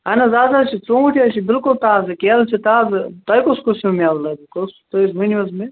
اہن حظ اَز حظ چھِ ژوٗنٛٹھۍ حظ چھِ بلکُل تازٕ کیلہٕ چھِ تازٕ تۄہہِ کُس کُس ہیٚو میوٕ لگوٕ کُس تُہۍ ؤنِو حظ مےٚ